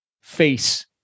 face